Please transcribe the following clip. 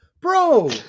Bro